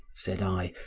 said i,